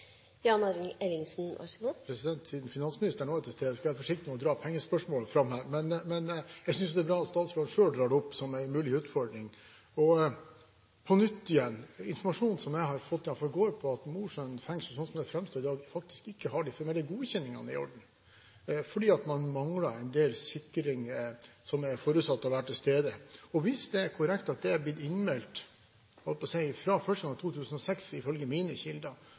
Siden finansministeren også er til stede, skal jeg være forsiktig med å dra fram pengespørsmål her. Men jeg synes det er bra at statsråden selv drar det opp som en mulig utfordring. På nytt igjen: Informasjon jeg har fått, går på at Mosjøen fengsel – slik det framstår i dag – faktisk ikke har de formelle godkjenningene i orden, fordi man mangler en del sikringer som er forutsatt å være til stede. Hvis det er korrekt at det er blitt innmeldt første gang i 2006, ifølge mine kilder, er det da seks år siden. Da er det interessant å